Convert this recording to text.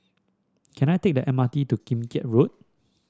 can I take the M R T to Kim Keat Road